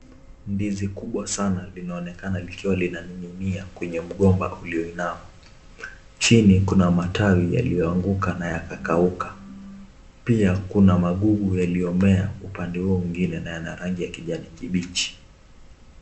Ndizi kubwa sana linaonekana likiwa linaning'inia kwenye mgomba ulioinama. Chini kuna matawi lilioanguka na yakakauka. Pia kuna magugu yaliyomea upande huo mwingine na yana rangi ya kijani kibiachi.